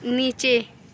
नीचे